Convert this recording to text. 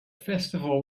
festival